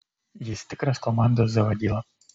jis tikras komandos zavadyla